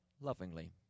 lovingly